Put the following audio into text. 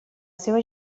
seva